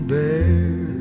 bear